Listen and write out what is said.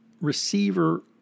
receiver